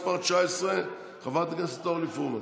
מס' 19. חברת הכנסת אורלי פרומן,